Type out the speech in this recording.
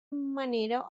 manera